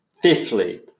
Fifthly